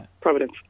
Providence